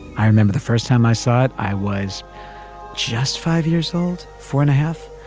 i remember the first time i saw it, i was just five years old, four and a half.